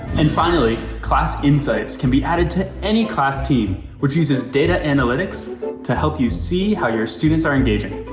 and finally, class insights can be added to any class team, which uses data analytics to help you see how your students are engaging.